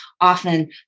often